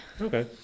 Okay